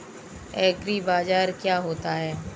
एग्रीबाजार क्या होता है?